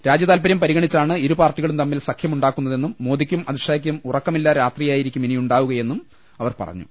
രാജ്യതാത്പര്യം പരിഗണിച്ചാണ് ഇരു പാർട്ടികളും തമ്മിൽ സഖ്യമുണ്ടാക്കുന്നതെന്നും മോദിക്കും അമിത്ഷാക്കും ഉറക്കമില്ലാ രാത്രിയായിരിക്കും ഇനിയുണ്ടാകുകയെന്നും അവർ പറഞ്ഞു